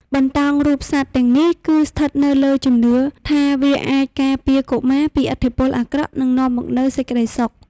បន្តោងរូបសត្វទាំងនេះ គឺស្ថិតនៅលើជំនឿថាវាអាចការពារកុមារពីឥទ្ធិពលអាក្រក់ និងនាំមកនូវសេចក្តីសុខ។